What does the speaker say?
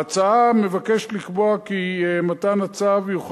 ההצעה מבקשת לקבוע כי הבקשה למתן הצו יכול